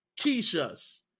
Keisha's